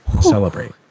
Celebrate